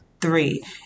three